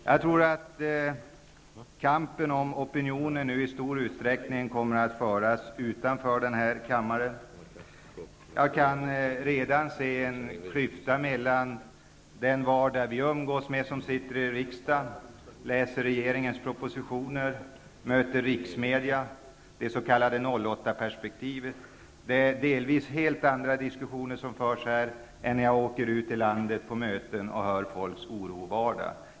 Jag tror att kampen om opinionen nu i stor utsträckning kommer att föras utanför den här kammaren. Jag kan redan se en klyfta mellan vardagen för människorna ute i landet och den vardag vi umgås med som sitter i riksdagen, läser regeringens propositioner och möter riksmedia, det s.k. 08-perspektivet. Det är delvis helt andra diskussioner som förs här än när jag åker ut i landet på möten och hör folks oro i vardagen.